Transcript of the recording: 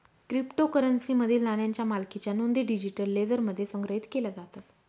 क्रिप्टोकरन्सीमधील नाण्यांच्या मालकीच्या नोंदी डिजिटल लेजरमध्ये संग्रहित केल्या जातात